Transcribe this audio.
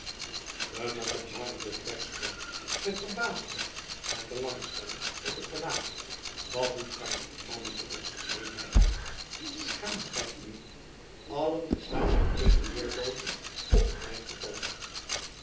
de monnik naderde terstond met verbaasdheid en belangstelling op het gelaat wat doet gij mannenbroeders riep hij schaamt gij u niet allen gezamenlijk eenen weerlooze op t lijf te vallen